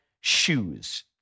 shoes